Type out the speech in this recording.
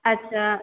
আচ্ছা